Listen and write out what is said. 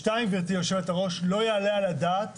שתיים, גברתי יושבת הראש, לא יעלה על הדעת